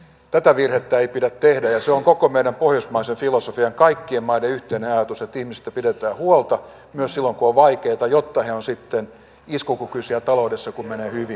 tätä virhettä ei pidä tehdä ja se on koko meidän pohjoismaisen filosofian ja kaikkien maiden yhteinen ajatus että ihmisestä pidetään huolta myös silloin kun on vaikeata jotta he ovat sitten iskukykyisiä taloudessa kun menee hyvin